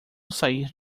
sair